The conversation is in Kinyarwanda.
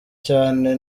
cyane